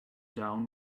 down